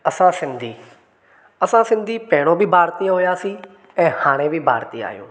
असां सिंधी असां सिंधी पहिरों बि भारतीय हुआसीं ऐं हाणे बि भारतीय आहियूं